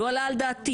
לא עלה על דעתי,